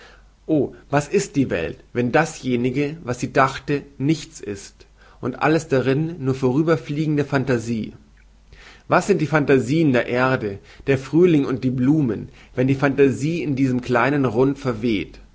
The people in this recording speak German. o was ist die welt wenn dasjenige was sie dachte nichts ist und alles darin nur vorüberfliegende phantasie was sind die phantasieen der erde der frühling und die blumen wenn die phantasie in diesem kleinen rund verweht